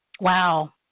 Wow